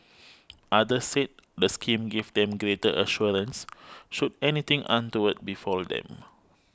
others said the scheme gave them greater assurance should anything untoward befall them